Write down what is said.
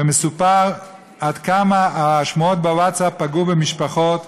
ומסופר עד כמה השמועות בווטסאפ פגעו במשפחות.